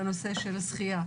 בנושא של שחייה.